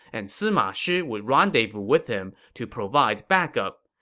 and sima shi would rendezvous with him to provide backup.